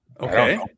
Okay